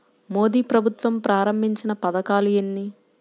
మోదీ ప్రభుత్వం ప్రారంభించిన పథకాలు ఎన్ని?